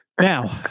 Now